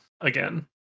again